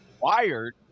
wired